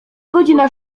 godzina